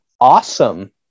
awesome